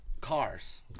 Cars